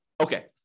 Okay